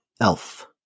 elf